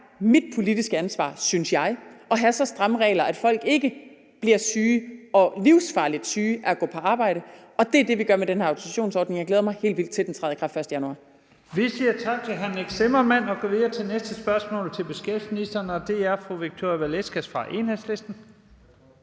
mit politiske ansvar, synes jeg, at have så stramme regler, at folk ikke bliver syge, og livsfarligt syge, af at gå på arbejde, og det er det, vi gør med den her autorisationsordning. Jeg glæder mig helt vildt, til den træder i kraft den 1. januar.